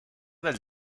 del